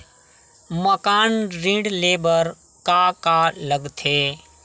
मकान ऋण ले बर का का लगथे?